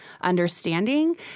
understanding